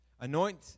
anoint